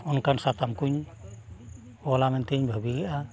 ᱚᱱᱠᱟᱱ ᱥᱟᱛᱟᱢ ᱠᱚᱧ ᱚᱞᱮᱜᱼᱟ ᱢᱮᱱᱛᱮᱧ ᱵᱷᱟᱹᱵᱤᱭᱮᱜᱼᱟ